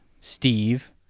Steve